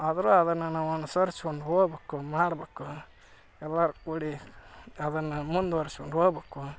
ಆದ್ರು ಅದನ್ನು ನಾವು ಅನುಸರಿಸ್ಕೊಂಡು ಹೋಗಬೇಕು ಮಾಡಬೇಕು ಎಲ್ಲರೂ ಕೂಡಿ ಅದನ್ನು ಮುಂದ್ವರಿಸ್ಕೊಂಡು ಹೋಗ್ಬೇಕು